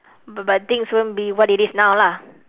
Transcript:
but but things won't be what it is now lah